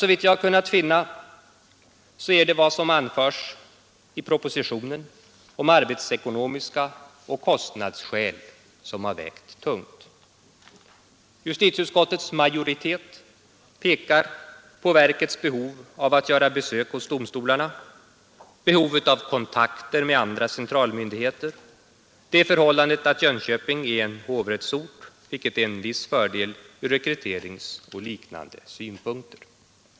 Såvitt jag kunnat finna är det vad som anförts i propositionen om arbetsekonomiska skäl och kostnadsskäl som har vägt tungt. Justitieutskottets majoritet pekar på verkets behov av att göra besök hos domstolarna, behovet av kontakter med andra centralmyndigheter, det förhållandet att Jönköping är en hovrättsort vilket är en viss fördel ur rekryteringsoch liknande synpunkter.